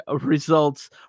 results